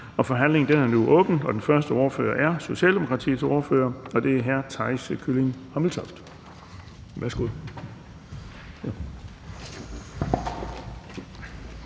Forhandlingen er nu åbnet, og den første ordfører er Socialdemokratiets ordfører, og det er hr. Theis Kylling Hommeltoft. Værsgo.